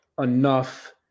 enough